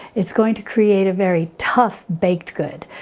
it's going to create a very tough baked good.